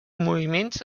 moviments